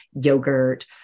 yogurt